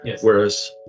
whereas